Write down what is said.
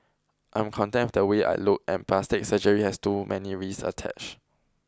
I am content with the way I look and plastic surgery has too many risks attached